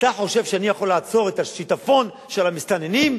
ואתה חושב שאני יכול לעצור את השיטפון של המסתננים?